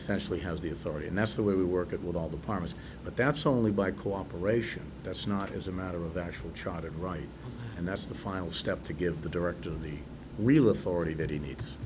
essentially has the authority and that's the way we work it with all the partners but that's only by cooperation that's not as a matter of actually tried it right and that's the final step to give the director of the real authority that he needs